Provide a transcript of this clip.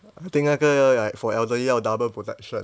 I think 那个 like for elderly 要 double protection